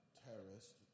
terrorist